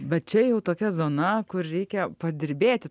bet čia jau tokia zona kur reikia padirbėti